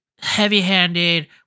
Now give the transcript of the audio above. heavy-handed